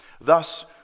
thus